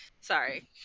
Sorry